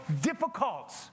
difficult